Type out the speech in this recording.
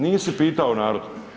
Nisi pitao narod.